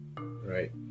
Right